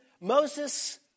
Moses